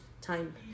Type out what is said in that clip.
time